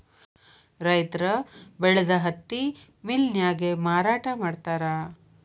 ರೈತರ ಬೆಳದ ಹತ್ತಿ ಮಿಲ್ ನ್ಯಾರಗೆ ಮಾರಾಟಾ ಮಾಡ್ತಾರ